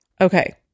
okay